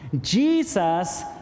Jesus